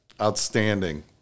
Outstanding